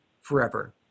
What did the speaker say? forever